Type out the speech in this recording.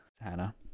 Hannah